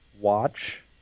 Watch